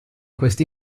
questo